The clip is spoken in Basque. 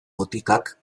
botikak